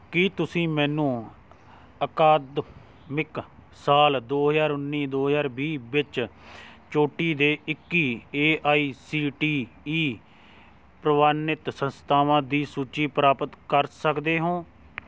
ਕੀ ਤੁਸੀਂ ਮੈਨੂੰ ਅਕਾਦਮਿਕ ਸਾਲ ਦੋ ਹਜ਼ਾਰ ਉੱਨੀ ਦੋ ਹਜ਼ਾਰ ਵੀਹ ਵਿੱਚ ਚੋਟੀ ਦੇ ਇੱਕੀ A I C T E ਪ੍ਰਵਾਨਿਤ ਸੰਸਥਾਵਾਂ ਦੀ ਸੂਚੀ ਪ੍ਰਾਪਤ ਕਰ ਸਕਦੇ ਹੋਂ